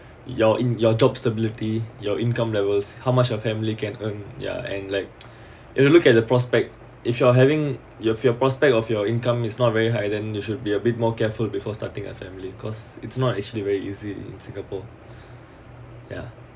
you're in your job stability your income levels how much your family can earn ya and like if you look at the prospect if you are having your prospect of your income is not very high then you should be a bit more careful before starting a family cause it's not actually very easy in singapore ya